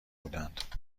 بودند